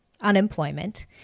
unemployment